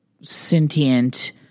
sentient